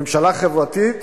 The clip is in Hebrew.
ממשלה חברתית?